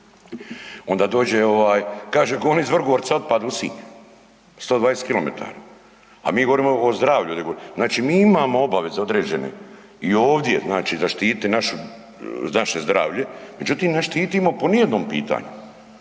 onda dođe kaže goni iz Vrgorca otpad u Sinj 120 km, a mi govorimo o zdravlju. Znači mi imamo obaveze određene i ovdje znači zaštititi naše zdravlje, međutim ne štitimo po nijednom pitanju.